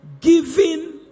giving